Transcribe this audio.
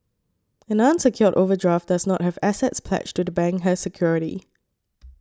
an unsecured overdraft does not have assets pledged to the bank as security